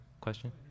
question